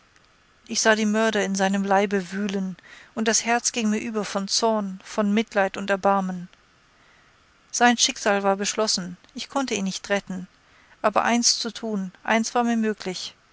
ich sah die mörder in seinem leibe wühlen und das herz ging mir über von zorn von mitleid und erbarmen sein schicksal war beschlossen ich konnte ihn nicht retten aber eins zu tun das war mir möglich